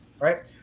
right